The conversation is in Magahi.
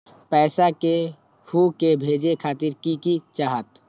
पैसा के हु के भेजे खातीर की की चाहत?